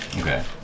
Okay